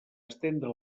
estendre